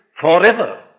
forever